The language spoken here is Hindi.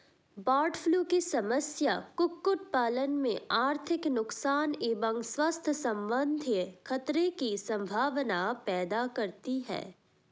बर्डफ्लू की समस्या कुक्कुट पालन में आर्थिक नुकसान एवं स्वास्थ्य सम्बन्धी खतरे की सम्भावना पैदा करती है